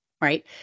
right